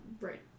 Right